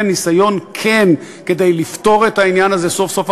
ניסיון כן לפתור את העניין הזה סוף-סוף,